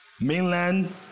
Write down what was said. mainland